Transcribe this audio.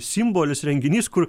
simbolis renginys kur